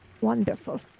Wonderful